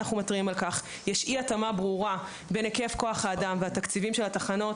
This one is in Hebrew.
שיש אי-התאמה ברורה בין היקף כוח האדם והתקציבים של התחנות